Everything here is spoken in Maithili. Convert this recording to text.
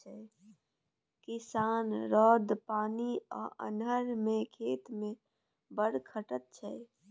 किसान रौद, पानि आ अन्हर मे खेत मे बड़ खटय छै